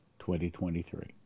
2023